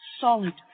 Solid